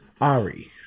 ari